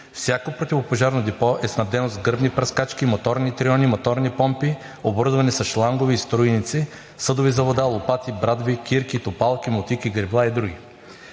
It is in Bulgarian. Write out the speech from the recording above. Всяко противопожарно депо е снабдено с гръбни пръскачки, моторни триони, моторни помпи, оборудване със шлангове и струйници, съдове за вода, лопати, брадви, кирки, тупалки, мотики, гребла и други.